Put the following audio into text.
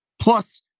plus